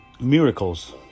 miracles